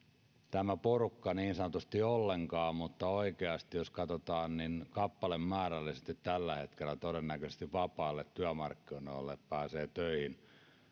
niin sanotusti ollenkaan mutta oikeasti jos katsotaan niin kappalemäärällisesti eniten tällä hetkellä todennäköisesti vapaille työmarkkinoille pääsevät töihin